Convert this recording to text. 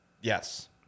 Yes